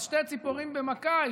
אז שתי ציפורים במכה,